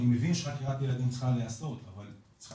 אני מבין שחקירת ילדים צריכה להיעשות אבל צריכה